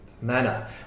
manner